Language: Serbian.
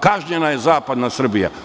Kažnjena je zapadna Srbija.